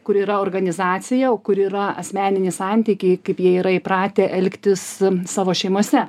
kur yra organizacija o kur yra asmeniniai santykiai kaip jie yra įpratę elgtis savo šeimose